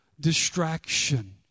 distraction